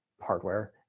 hardware